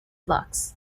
flux